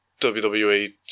WWE